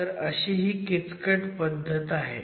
तर अशी ही किचकट पद्धत आहे